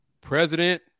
president